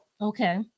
Okay